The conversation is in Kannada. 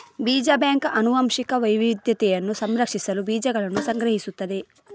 ಬೀಜ ಬ್ಯಾಂಕ್ ಆನುವಂಶಿಕ ವೈವಿಧ್ಯತೆಯನ್ನು ಸಂರಕ್ಷಿಸಲು ಬೀಜಗಳನ್ನು ಸಂಗ್ರಹಿಸುತ್ತದೆ